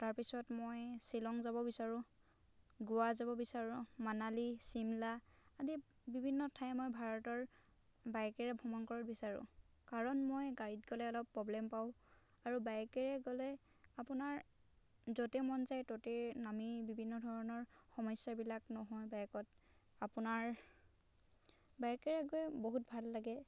তাৰ পিছত মই শ্বিলং যাব বিচাৰোঁ গোৱা যাব বিচাৰোঁ মানালী চিমলা আদি বিভিন্ন ঠাই মই ভাৰতৰ বাইকেৰে ভ্ৰমণ কৰিব বিচাৰোঁ কাৰণ মই গাড়ীত গ'লে অলপ প্ৰ'ব্লেম পাওঁ আৰু বাইকেৰে গ'লে আপোনাৰ য'তে মন যায় ত'তেই নামি বিভিন্ন ধৰণৰ সমস্যাবিলাক নহয় বাইকত আপোনাৰ বাইকেৰে গৈ বহুত ভাল লাগে